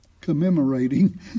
commemorating